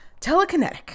telekinetic